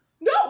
no